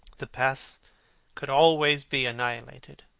the past could always be annihilated.